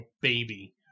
baby